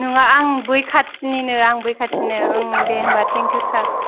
नङा आं बै खाथिनिनो आं बै खाथिनो ओं दे होमबा थैंक इउ सार